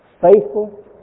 faithful